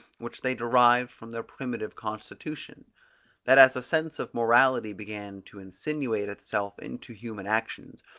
which they derived from their primitive constitution that as a sense of morality began to insinuate itself into human actions,